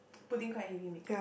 putting quite heavy make-up